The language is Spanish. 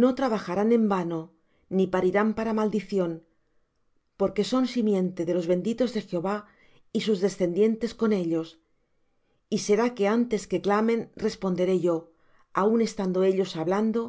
no trabajarán en vano ni parirán para maldición porque son simiente de los benditos de jehová y sus descendientes con ellos y será que antes que clamen responderé yo aun estando ellos hablando